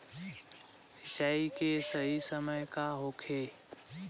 सिंचाई के सही समय का होखे?